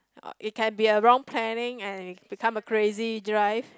it can be a wrong planning and it become a crazy drive